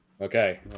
Okay